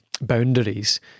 boundaries